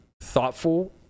thoughtful